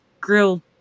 grilled